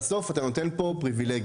בסוף אתה נותן פה פריבילגיה,